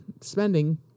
spending